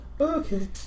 okay